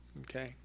okay